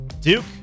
Duke